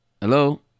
hello